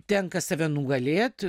tenka save nugalėt